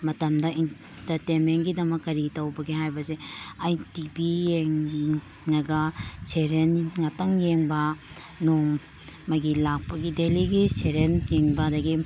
ꯃꯇꯝꯗ ꯏꯟꯇꯔꯇꯦꯟꯃꯦꯟꯒꯤꯗꯃꯛꯇ ꯀꯔꯤ ꯇꯧꯕꯒꯦ ꯍꯥꯏꯕꯁꯦ ꯑꯩ ꯇꯤ ꯚꯤ ꯌꯦꯡꯂꯒ ꯁꯦꯔꯦꯜ ꯉꯥꯛꯇꯪ ꯌꯦꯡꯕ ꯅꯣꯡꯃꯒꯤ ꯂꯥꯛꯄꯗꯤ ꯗꯦꯂꯤꯒꯤ ꯁꯦꯔꯦꯜ ꯌꯦꯡꯕ ꯑꯗꯒꯤ